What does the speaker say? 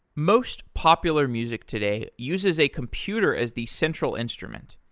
most popular music today uses a computer as the central instrument.